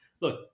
look